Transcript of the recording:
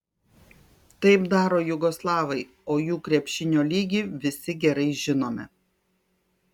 taip daro jugoslavai o jų krepšinio lygį visi gerai žinome